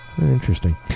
interesting